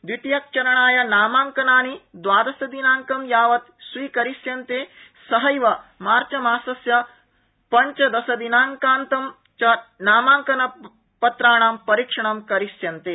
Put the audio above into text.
द्वितीयचरणाय नामांकनानि द्वादशदिनांकं यावत् स्वीकरिष्यन्ते सहैव मार्चमासस्य पंचदशदिनांकान्तं च नामांकनपत्राणाम् परीक्षणम् करिष्यन्ते